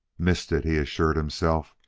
missed it! he assured himself.